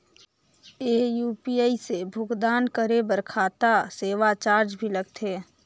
ये यू.पी.आई से भुगतान करे पर खाता से सेवा चार्ज भी लगथे?